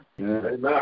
Amen